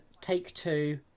Take-Two